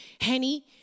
Henny